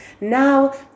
now